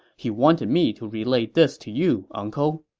he wanted me to relay this to you, uncle.